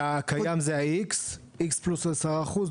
הקיים זה ה-X פלוס 10%?